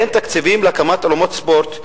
אין תקציבים להקמת אולמות ספורט.